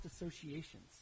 associations